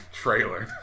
trailer